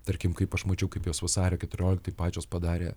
tarkim kaip aš mačiau kaip jos vasario keturioliktai pačios padarė